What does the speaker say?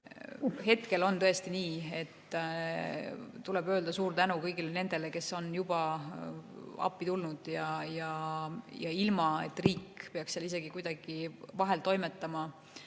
Hetkel on tõesti nii, et tuleb öelda suur tänu kõigile nendele, kes on juba appi tulnud ja aidanud – ilma, et riik peaks kuidagi seal vahel toimetama